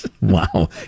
Wow